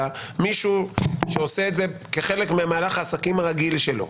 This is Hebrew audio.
אלא מישהו שעושה את זה כחלק ממהלך העסקים הרגיל שלו,